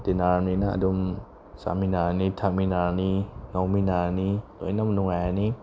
ꯇꯤꯟꯅꯔꯕꯅꯤꯅ ꯑꯗꯨꯝ ꯆꯥꯃꯤꯟꯅꯔꯅꯤ ꯊꯛꯃꯤꯟꯅꯔꯅꯤ ꯉꯥꯎꯃꯤꯟꯅꯔꯅꯤ ꯂꯣꯏꯅꯃꯛ ꯅꯨꯡꯉꯥꯏꯔꯅꯤ